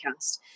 podcast